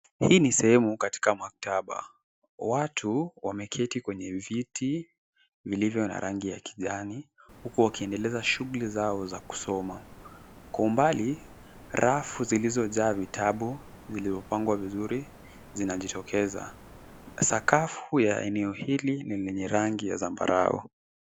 Hii ni sehemu katika maktaba. Watu wameketi kwenye viti vilivyo na rangi ya kijani uku wakiendeleza shughuli zao za kusoma. Kwa umbali, rafu zilizojaa vitabu viliopangwa vizuri zinajitokeza. Sakafu ya eneo hili ni lenye rangi ya zambarau.